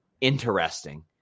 interesting